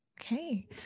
Okay